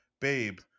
babe